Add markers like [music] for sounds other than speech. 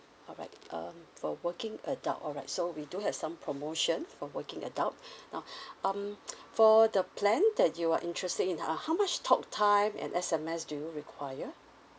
aright um for working adult alright so we do have some promotion for working adult [breath] now [breath] um [noise] for the plan that you are interested in uh how much talk time and S_M_S do you require